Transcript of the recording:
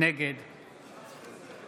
נגד